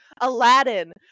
Aladdin